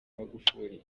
magufuli